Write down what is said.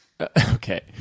Okay